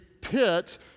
pit